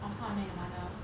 of how I met your mother